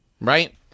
Right